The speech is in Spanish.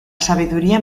sabiduría